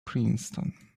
princeton